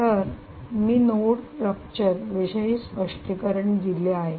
तर मी node rupture विषयी स्पष्टीकरण दिले आहे